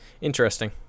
Interesting